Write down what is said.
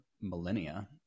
millennia